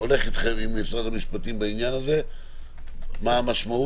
הולך איתכם, עם משרד המשפטים, מה המשמעות?